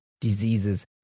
diseases